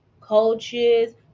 coaches